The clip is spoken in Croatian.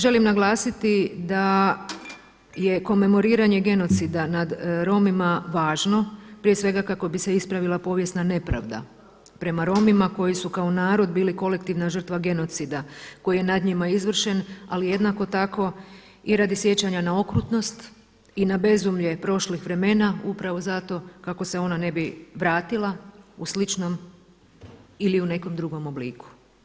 Želim naglasiti da je komemoriranje genocida nad Romima važno prije svega kako bi se ispravila povijesna nepravda prema Romima koji su kao narod bili kolektivna žrtva genocida koji je nad njima izvršen, ali jednako tako i radi sjećanja na okrutnost i na bezumlje prošlih vremena upravo zato kako se ona ne bi vratila u sličnom ili u nekom drugom obliku.